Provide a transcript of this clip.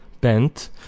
bent